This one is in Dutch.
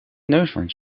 neushoorns